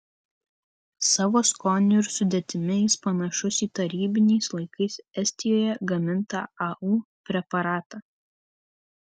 savo skoniu ir sudėtimi jis panašus į tarybiniais laikais estijoje gamintą au preparatą